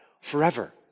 forever